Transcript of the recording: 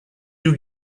you